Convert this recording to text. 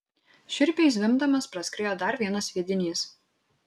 šiurpiai zvimbdamas praskriejo dar vienas sviedinys